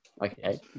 Okay